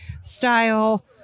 style